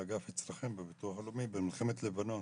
אגף אצלכם בביטוח הלאומי במלחמת לבנון.